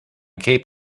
cape